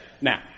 now